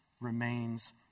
remains